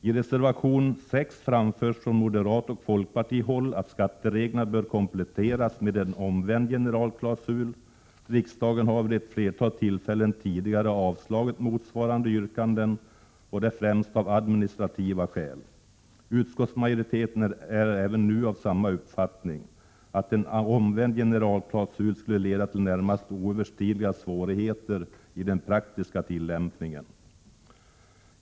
I reservation 6 föreslår moderater och folkpartister att skattereglerna skall kompletteras med en omvänd generalklausul. Riksdagen har vid ett flertal tidigare tillfällen avslagit motsvarande yrkanden av främst administrativa skäl. Utskottsmajoriteten är även nu av samma uppfattning — att en omvänd generalklausul skulle leda till närmast oöverstigliga svårigheter i den praktiska tillämpningen.